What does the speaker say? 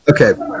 Okay